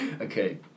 Okay